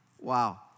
wow